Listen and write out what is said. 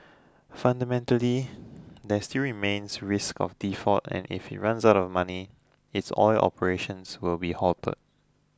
fundamentally there still remains risk of default and if it runs out of money its oil operations will be halted